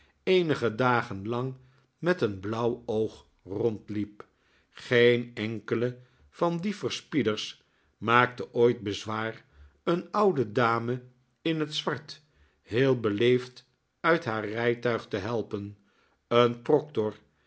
eenige dagen lang met een blauw oog rondliep geen enkele van die verspieders maakte ooit bezwaar een oude dame in het zwart heel beleefd uit haar rijtuig te helpen een proctor